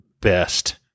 best